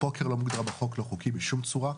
הפוקר לא מוגדר בחוק כלא חוקי בשום צורה.